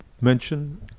mention